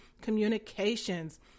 Communications